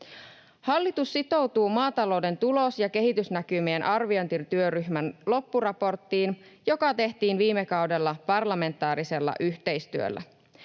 Hallitus sitoutuu maatalouden tulos- ja kehitysnäkymien arviointityöryhmän loppuraporttiin, joka tehtiin viime kaudella parlamentaarisella yhteistyöllä.